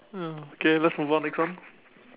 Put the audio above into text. ya okay let's move on next one